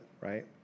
right